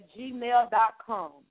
gmail.com